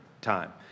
time